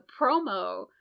promo